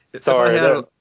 sorry